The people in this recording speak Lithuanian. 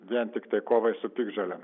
vien tiktai kovai su piktžolėm